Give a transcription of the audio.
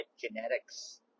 genetics